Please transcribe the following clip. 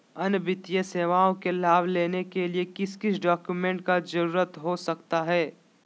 अन्य वित्तीय सेवाओं के लाभ लेने के लिए किस किस डॉक्यूमेंट का जरूरत हो सकता है?